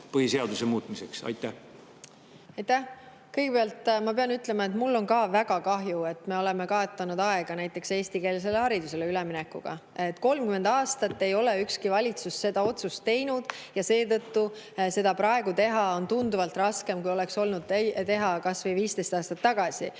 põhiseaduse muutmiseks? Aitäh! Kõigepealt ma pean ütlema, et mul on ka väga kahju, et me oleme kaotanud aega näiteks eestikeelsele haridusele üleminekuga. 30 aastat ei ole ükski valitsus seda otsust teinud ja seetõttu seda praegu teha on tunduvalt raskem, kui oleks olnud kas või 15 aastat tagasi.